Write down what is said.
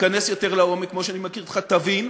תיכנס יותר לעומק, כמו שאני מכיר אותך, תבין,